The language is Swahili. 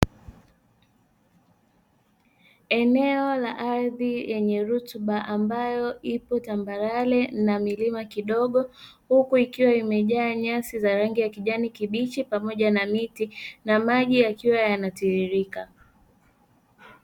Eneo la ardhi yenye rotuba ambayo ipo tambarare na milima kidogo, huku ikiwa imejaa nyasi za rangi ya kijani kibichi pamoja na miti na maji yakiwa yanatiririka.